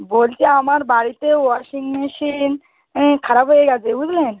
বলছি আমার বাড়িতে ওয়াশিং মেশিন খারাপ হয়ে গেছে বুঝলেন